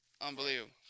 unbelievable